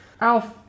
Alf